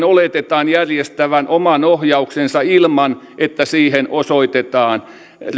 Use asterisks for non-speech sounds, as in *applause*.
*unintelligible* oletetaan järjestävän oman ohjauksensa ilman että siihen osoitetaan